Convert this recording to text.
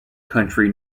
country